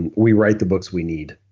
and we write the books we need.